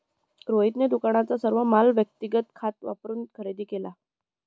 रोहितने दुकानाचा सर्व माल व्यक्तिगत खात वापरून खरेदी केला